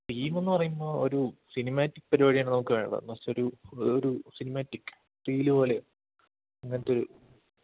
തീമെന്ന് പറയുമ്പോൾ ഒരു സിനിമാറ്റിക് പരിപാടിയാണ് നമുക്ക് വേണ്ടത് ജെസ്റ്റ് ഒരു ഒരു സിനിമാറ്റിക് ഫീലുപോലെ അങ്ങനെത്തെയൊരു